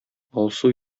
алсу